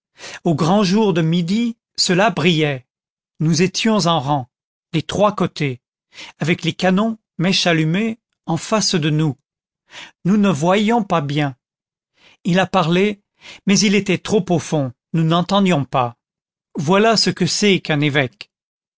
au grand jour de midi cela brillait nous étions en rang des trois côtés avec les canons mèche allumée en face de nous nous ne voyions pas bien il a parlé mais il était trop au fond nous n'entendions pas voilà ce que c'est qu'un évêque